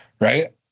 right